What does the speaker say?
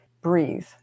breathe